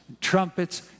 trumpets